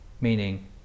Meaning